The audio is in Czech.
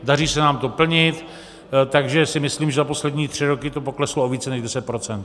Daří se nám to plnit, takže si myslím, že za poslední tři roky to pokleslo o více než deset procent.